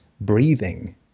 breathing